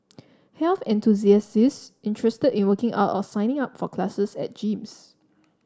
health enthusiasts interested in working out or signing up for classes at gyms